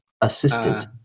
Assistant